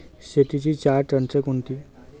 शेतीची चार तंत्रे कोणती?